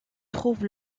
trouve